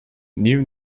new